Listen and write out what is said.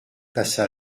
passa